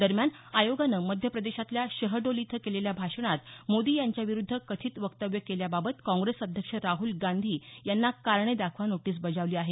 दरम्यान आयोगानं मध्य प्रदेशातल्या शहडोल इथं केलेल्या भाषणात मोदी यांच्या विरूद्ध कथित व्यक्तव्य केल्याबाबत काँगेस अध्यक्ष राहुल गांधी यांना कारणे दाखवा नोटीस बजावली आहे